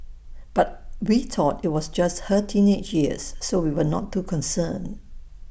but we thought IT was just her teenage years so we were not too concerned